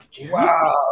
Wow